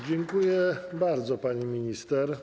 Dziękuję bardzo, pani minister.